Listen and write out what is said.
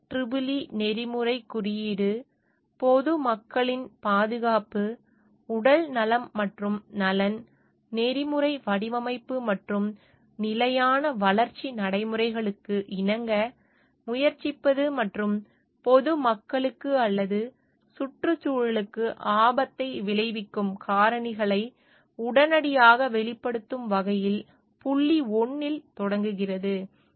IEEE நெறிமுறைக் குறியீடு பொதுமக்களின் பாதுகாப்பு உடல்நலம் மற்றும் நலன் நெறிமுறை வடிவமைப்பு மற்றும் நிலையான வளர்ச்சி நடைமுறைகளுக்கு இணங்க முயற்சிப்பது மற்றும் பொதுமக்களுக்கு அல்லது சுற்றுச்சூழலுக்கு ஆபத்தை விளைவிக்கும் காரணிகளை உடனடியாக வெளிப்படுத்தும் வகையில் புள்ளி 1 இல் தொடங்குகிறது